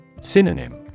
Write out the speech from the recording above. Synonym